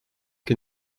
que